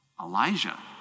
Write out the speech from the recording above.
Elijah